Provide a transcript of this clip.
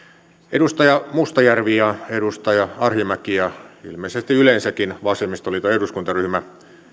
edustaja mustajärvi ja edustaja arhinmäki ja ilmeisesti yleensäkin vasemmistoliiton eduskuntaryhmä